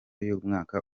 y’umwaka